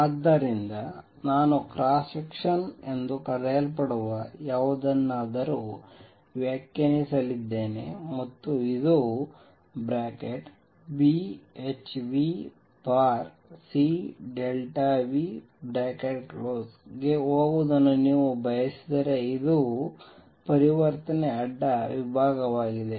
ಆದ್ದರಿಂದ ನಾನು cross section ಎಂದು ಕರೆಯಲ್ಪಡುವ ಯಾವುದನ್ನಾದರೂ ವ್ಯಾಖ್ಯಾನಿಸಲಿದ್ದೇನೆ ಮತ್ತು ಇದು Bhνc ಗೆ ಹೋಗುವುದನ್ನು ನೀವು ಬಯಸಿದರೆ ಇದು ಪರಿವರ್ತನೆ ಅಡ್ಡ ವಿಭಾಗವಾಗಿದೆ